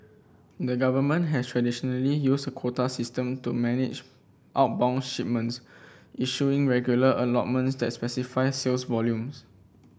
the government has traditionally used a quota system to manage outbound shipments issuing regular allotments that specify sales volumes